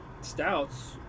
stouts